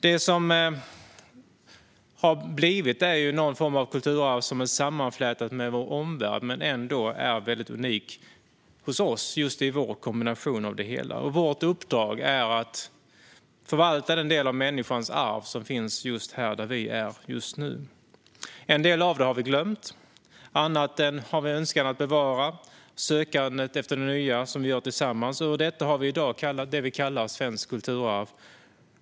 Resultatet är någon form av kulturarv som är sammanflätat med vår omvärld men som ändå är unikt hos oss i och med vår kombination av det hela. Vårt uppdrag är att förvalta den del av människans arv som finns just här, där vi är just nu. En del av det har vi glömt, och annat har vi en önskan om att bevara. Vi har ett sökande efter det nya som vi gör tillsammans. Detta är vad vi i dag kallar för svenskt kulturarv.